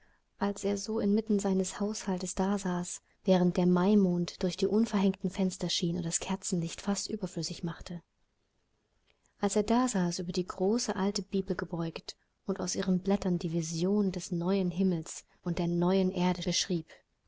als er so inmitten seines haushaltes dasaß während der maimond durch die unverhängten fenster schien und das kerzenlicht fast überflüssig machte als er dasaß über die große alte bibel gebeugt und aus ihren blättern die vision des neuen himmels und der neuen erde beschrieb